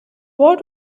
what